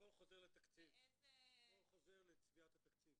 הכול חוזר לצביעת התקציב.